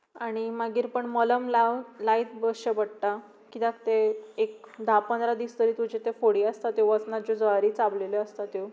आनी मागीर पण मलम लायत बसचें पडटा कित्याक तें एक धा पंदरा दीस तरी तुजे ते फडी आसता त्यो वचना ज्यो जळारी चाबलेल्यो आसता त्यो